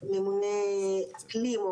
אומנם כל האוכלוסיות ייפגעו ממשבר האקלים,